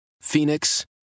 Phoenix